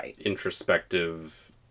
introspective